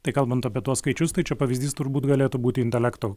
tai kalbant apie tuos skaičius tai čia pavyzdys turbūt galėtų būti intelekto